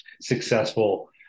successful